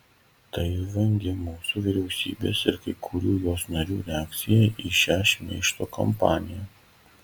tai vangi mūsų vyriausybės ir kai kurių jos narių reakcija į šią šmeižto kampaniją